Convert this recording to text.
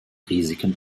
risiken